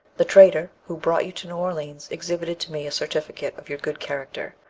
the trader who brought you to new orleans exhibited to me a certificate of your good character,